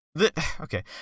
Okay